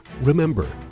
Remember